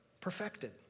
perfected